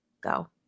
go